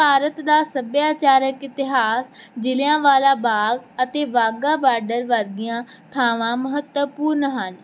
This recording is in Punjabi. ਭਾਰਤ ਦਾ ਸੱਭਿਆਚਾਰਕ ਇਤਿਹਾਸ ਜਲਿਆਵਾਲਾ ਬਾਗ ਅਤੇ ਵਾਹਗਾ ਬਾਰਡਰ ਵਰਗੀਆਂ ਥਾਵਾਂ ਮਹੱਤਵਪੂਰਨ ਹਨ